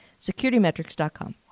securitymetrics.com